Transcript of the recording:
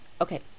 Okay